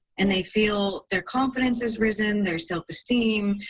and they feel their confidence has risen, their self-esteem.